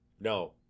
No